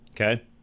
Okay